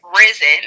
risen